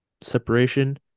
separation